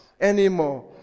anymore